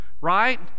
right